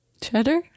Cheddar